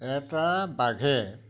এটা বাঘে